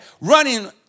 running